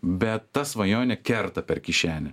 bet ta svajonė kerta per kišenę